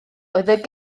oedd